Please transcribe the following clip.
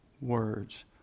words